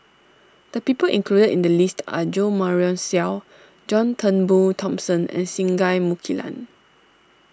the people included in the list are Jo Marion Seow John Turnbull Thomson and Singai Mukilan